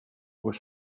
was